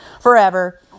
forever